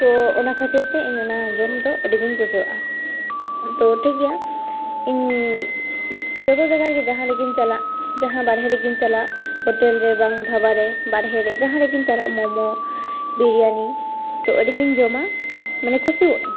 ᱛᱳ ᱚᱱᱟ ᱠᱷᱟᱹᱛᱤᱨᱛᱮ ᱤᱧ ᱚᱱᱟ ᱡᱚᱢᱫᱚ ᱟᱹᱰᱤᱜᱮᱧ ᱠᱩᱥᱤᱣᱟᱜᱼᱟ ᱛᱳ ᱴᱷᱤᱠ ᱜᱮᱭᱟ ᱤᱧ ᱡᱚᱛᱚ ᱡᱟᱭᱜᱟ ᱨᱮᱜᱮ ᱡᱟᱦᱟᱸ ᱨᱮᱜᱮᱧ ᱪᱟᱞᱟᱜ ᱡᱟᱦᱟᱸ ᱵᱟᱨᱦᱮ ᱨᱮᱜᱮᱧ ᱪᱟᱞᱟᱜ ᱦᱳᱴᱮᱞᱨᱮ ᱵᱟᱝ ᱫᱷᱟᱵᱟᱨᱮ ᱵᱟᱨᱦᱮ ᱨᱮ ᱡᱟᱦᱟᱸ ᱨᱮᱜᱮᱧ ᱪᱟᱞᱟᱜ ᱢᱳᱢᱳ ᱵᱤᱨᱭᱟᱱᱤ ᱛᱳ ᱟᱹᱰᱤᱜᱮᱧ ᱡᱚᱢᱟ ᱢᱟᱱᱮ ᱠᱩᱥᱤᱣᱟᱜ ᱟᱹᱧ